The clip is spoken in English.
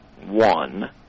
one